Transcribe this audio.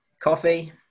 coffee